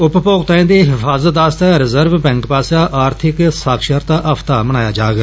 उपभोक्ताएं गी हिफाजत आस्तै रिजर्व बैंक पास्सेआ आर्थिक साक्षरता हफ्ता मनाया जाग